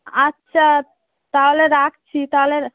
আচ্ছা তাহলে রাখছি তাহলে